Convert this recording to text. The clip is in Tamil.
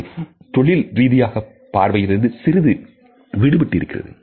இது தொழில்ரீதியான பார்வையிலிருந்து சிறிது விடுபட்டு இருக்கிறது